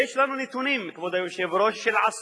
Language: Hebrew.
יש לנו נתונים, כבוד היושב-ראש, של עשרות,